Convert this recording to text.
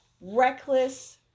Reckless